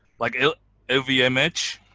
like every image,